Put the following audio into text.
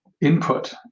input